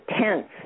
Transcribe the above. tense